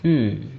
hmm